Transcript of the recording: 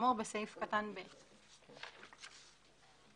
כאמור בסעיף קטן (ב); קלפי ייעודית יכול שתהא קלפי ניידת.